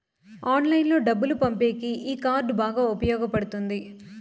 ఆన్లైన్లో డబ్బులు పంపేకి ఈ కార్డ్ బాగా ఉపయోగపడుతుంది